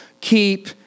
Keep